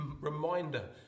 reminder